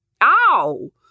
Ow